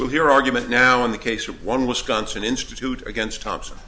we'll hear argument now in the case of one wisconsin institute against thompson